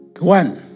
One